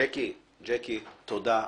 תודה.